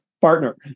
partner